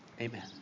Amen